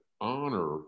honor